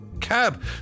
Cab